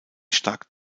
stark